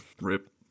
Rip